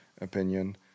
opinion